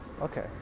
Okay